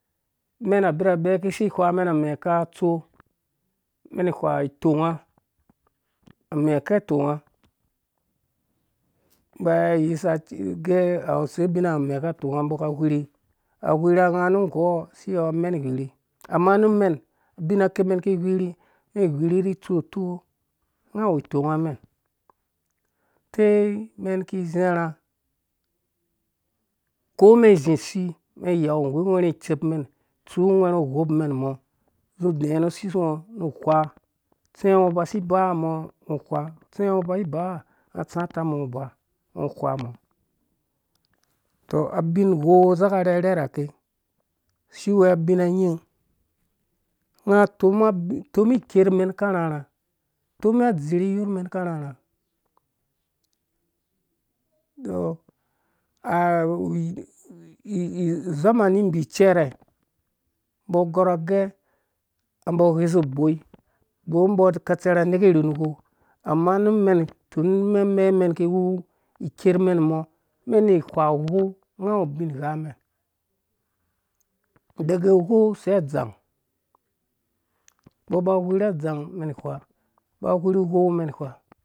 Umen abirabe iki isi ihwamen ame akatso umɛn ihwaitongaamɛ katonga inha iyisa igɛ awu use ubina amɛ akatonga umbɔ aka agwirhi agwirhi unga nu ungɔɔ si iwea umen igwirhi amenu umen abin akimen ki agwerhi ume igwirhi ni itsu utoo ungo awu itongamen toi umen iki izarhi ko umen izi usii umen iyan nggu ungwɛrhi itsupmen itsu ungwɛrhu uwopmen umɔ uzi udɛɛ nu usisngo nu whwa utsɛngo aba si ibang mɔ ungo whua utsɛmgo aba ibang unga atsa utamngo aba ungo whwa mɔ tɔ ibin uwou asaka awu arhɛrhɛrhake si iwea ubina nying unga atomi ikerme karharha rha tɔ awu uzamani mbi icɛrɛ umbɔ agɔr agɛ umbɔ aghɛshu uboi bɔr umbɔ akatsɛrha aneka irhum uwou amenu umen tun umen men iki iwu ikermɛn umɔ umen ini ihwa uwou unga awu ubinghamɛn dege uwou sai adzang umbɔ aba agwirha adzang umɛn ihwa ba agwirhu uwou umen ihwa,